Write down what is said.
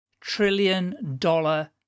trillion-dollar